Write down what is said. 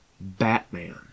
batman